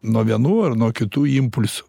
nuo vienų ar nuo kitų impulsų